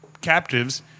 captives